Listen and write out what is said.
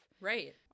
Right